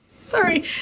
Sorry